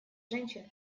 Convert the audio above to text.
женщин